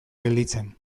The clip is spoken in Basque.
gelditzen